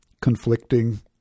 conflicting